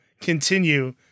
continue